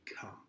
come